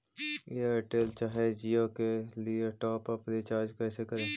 Airtel चाहे जियो के लिए टॉप अप रिचार्ज़ कैसे करी?